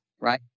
right